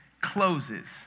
closes